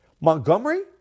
Montgomery